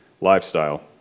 lifestyle